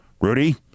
Rudy